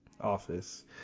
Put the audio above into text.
Office